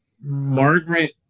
Margaret